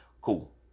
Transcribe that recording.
Cool